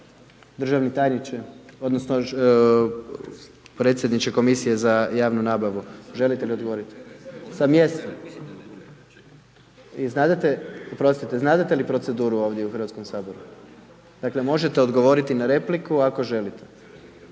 Državni tajniče, odnosno predsjedniče komisije za javnu nabavu, želite li odgovoriti sa mjesta? Jel znadete, znadete li proceduru ovdje u Hrvatskome saboru? Dakle, možete odgovoriti na repliku ako želite.